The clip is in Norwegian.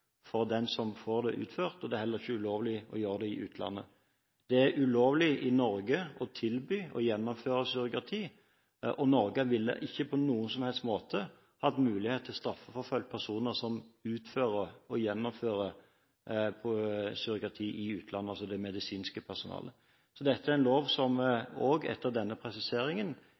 for den som får det utført, og det er heller ikke ulovlig å gjøre det i utlandet. I Norge er det ulovlig å tilby å gjennomføre surrogati, og Norge ville ikke på noen som helst måte hatt mulighet til å straffeforfølge personer som utfører og gjennomfører surrogati i utlandet, altså det medisinske personellet. Så dette er en lov som også etter denne presiseringen